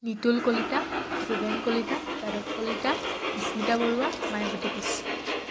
নিতুল কলিতা চুগেন কলিতা যাদৱ কলিতা বিশ্মিতা বৰুৱা মায়াৱতী কোঁচ